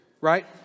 Right